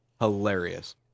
hilarious